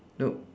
nope